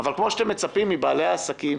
אבל כפי שאתם מצפים מבעלי העסקים